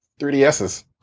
3DSs